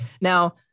now